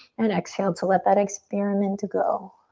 and exhale to let that experiment go.